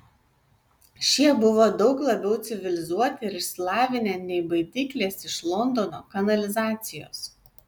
šie buvo daug labiau civilizuoti ir išsilavinę nei baidyklės iš londono kanalizacijos